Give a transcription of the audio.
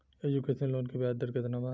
Education loan के ब्याज दर केतना बा?